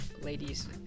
ladies